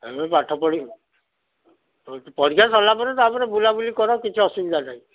ଏବେ ପାଠ ପଢ଼ିବୁ ପରୀକ୍ଷା ସରିଲାପରେ ତା'ପରେ ବୁଲାବୁଲି କର କିଛି ଅସୁବିଧା ନାହିଁ